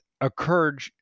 occurred